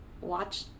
Watch